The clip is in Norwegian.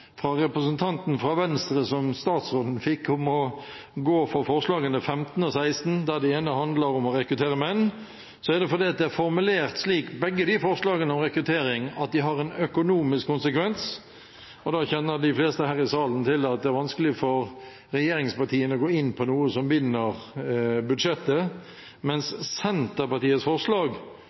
representanten fra Venstre som statsråden fikk, om å gå inn for forslagene nr. 15 og nr. 16, der det ene handler om å rekruttere menn, er det fordi begge forslagene om rekruttering er formulert slik at de har en økonomisk konsekvens. De fleste her i salen kjenner til at det er vanskelig for regjeringspartiene å gå inn for noe som binder budsjettet. Senterpartiets forslag